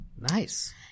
Nice